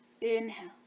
Inhale